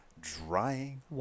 drying